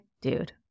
dude